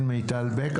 מיטל בק,